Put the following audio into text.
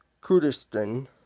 Kurdistan